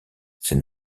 c’est